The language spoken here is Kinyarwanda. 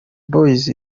boys